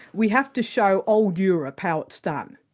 we have to show old europe how it's done.